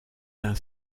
d’un